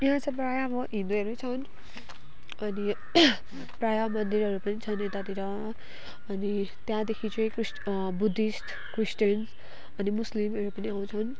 यहाँ चाहिँ प्रायः अब हिन्दूहरू नै छन् अनि प्रायः मन्दिरहरू पनि छन् यतातिर अनि त्यहाँदेखि चाहिँ ख्रिष्ट बुद्धिष्ट क्रिस्टियन अनि मुस्लिमहरू पनि आउँछन्